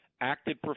acted